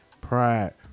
Pride